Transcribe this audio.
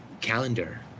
Calendar